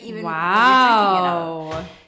Wow